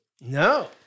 no